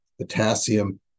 potassium